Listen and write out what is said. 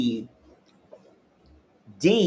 -d